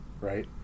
right